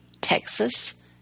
Texas